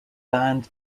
band